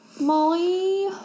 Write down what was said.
Molly